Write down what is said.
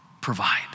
provide